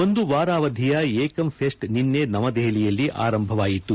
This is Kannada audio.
ಒಂದು ವಾರ ಅವಧಿಯ ಏಕಂ ಫೆಸ್ಟ್ ನಿನ್ನೆ ನವದೆಹಲಿಯಲ್ಲಿ ಆರಂಭವಾಯಿತು